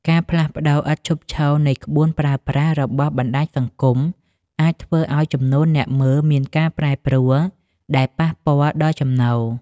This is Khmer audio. ការផ្លាស់ប្តូរឥតឈប់ឈរនៃក្បួនប្រើប្រាស់ របស់បណ្តាញសង្គម អាចធ្វើឱ្យចំនួនអ្នកមើលមានការប្រែប្រួលដែលប៉ះពាល់ដល់ចំណូល។